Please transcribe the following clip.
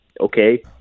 Okay